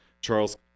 Charles